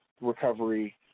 recovery